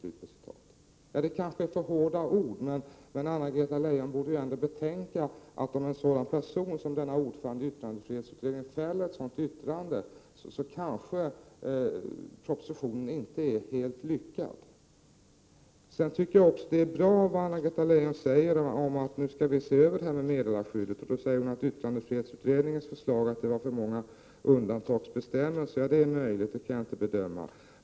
Det är kanske för hårda ord. Men Anna-Greta Leijon borde ändå betänka att om ordföranden i yttrandefrihetsutredningen fäller ett sådant yttrande, så är måhända propositionen inte helt lyckad. Sedan tycker jag också att det är bra att Anna-Greta Leijon säger att man nu skall se över det här med meddelarskyddet. Hon säger också att det i yttrandefrihetsutredningens förslag var för många undantagsbestämmelser. Ja, det är möjligt — det kan jag inte bedöma.